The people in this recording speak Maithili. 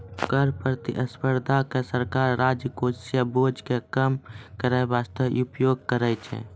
कर प्रतिस्पर्धा के सरकार राजकोषीय बोझ के कम करै बासते उपयोग करै छै